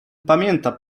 pamięta